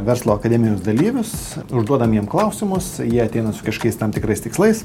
verslo akademijos dalyvius užduodam jiem klausimus jie ateina su kažkokiais tam tikrais tikslais